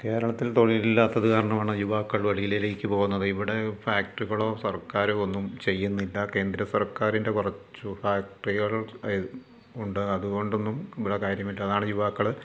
കേരളത്തിൽ തൊഴിലില്ലാത്തതു കാരണമാണ് യുവാക്കൾ വെളിയിലേക്ക് പോകുന്നത് ഇവിടെ ഫാക്ടറികളോ സർക്കാരോ ഒന്നും ചെയ്യുന്നില്ല കേന്ദ്രസർക്കാരിൻ്റെ കുറച്ചു ഫാക്ടറികൾ ഉണ്ട് അതുകൊണ്ടൊന്നും ഇവിടെ കാര്യമില്ല അതാണ് യുവാക്കൾ